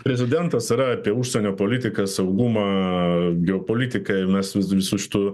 prezidentas yra apie užsienio politiką saugumą geopolitiką mes vis dar visų šitų